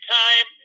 time